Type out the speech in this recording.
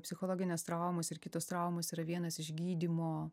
psichologinės traumos ir kitos traumos yra vienas iš gydymo